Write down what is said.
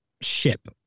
ship